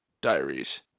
Diaries